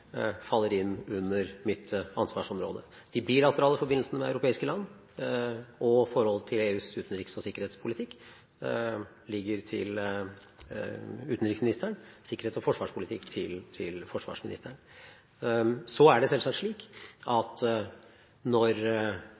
europeiske land og forholdet til EUs utenriks- og sikkerhetspolitikk ligger til utenriksministeren. Sikkerhets- og forsvarspolitikk ligger til forsvarsministeren. Det er selvsagt slik at når